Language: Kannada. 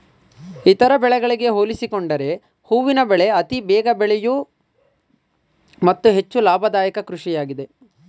ಇತರ ಬೆಳೆಗಳಿಗೆ ಹೋಲಿಸಿಕೊಂಡರೆ ಹೂವಿನ ಬೆಳೆ ಅತಿ ಬೇಗ ಬೆಳೆಯೂ ಮತ್ತು ಹೆಚ್ಚು ಲಾಭದಾಯಕ ಕೃಷಿಯಾಗಿದೆ